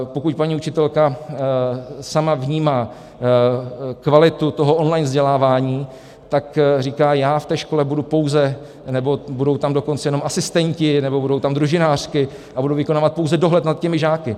Pokud paní učitelka sama vnímá kvalitu toho online vzdělávání, tak říká, já v té škole budu pouze... nebo budou tam dokonce jenom asistenti, nebo budou tam družinářky, a budu vykonávat pouze dohled nad těmi žáky.